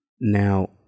Now